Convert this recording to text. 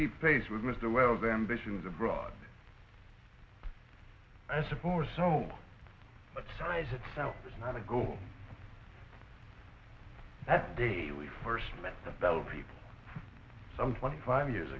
keep pace with mr wells ambitions abroad i suppose so but size itself is not a goal that day we first met the bell people some twenty five years